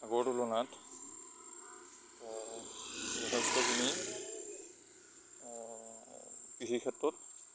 আগৰ তুলনাত যথেষ্টখিনি কৃষি ক্ষেত্ৰত